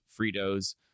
Fritos